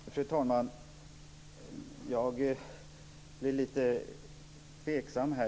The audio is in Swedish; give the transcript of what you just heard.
Fru talman! Jag blir lite tveksam.